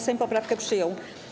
Sejm poprawkę przyjął.